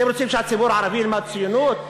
אתם רוצים שהציבור הערבי ילמד ציונות?